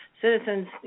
citizens